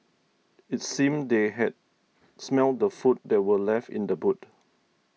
it seemed they had smelt the food that were left in the boot